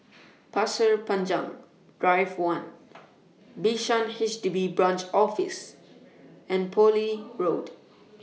Pasir Panjang Drive one Bishan HDB Branch Office and Poole Road